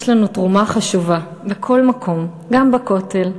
יש לנו תרומה חשובה בכל מקום, גם בכותל.